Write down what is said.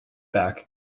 back